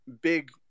big